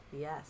Yes